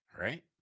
Right